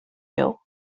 you